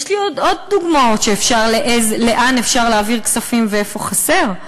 יש לי עוד דוגמאות לאן אפשר להעביר כספים ואיפה חסר,